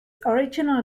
original